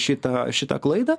šitą šitą klaidą